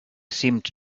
seemed